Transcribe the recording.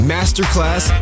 Masterclass